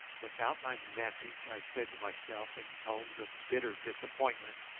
without my message, i said to myself in tones of bitter disappointment,